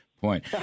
point